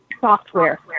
software